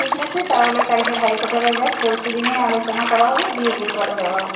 ঠিক আছে তাহলে কালকে ভাইফোঁটাটা যাক পরশুদিনেই আলোচনা করা হবে দিয়ে বুধবার যাওয়া হবে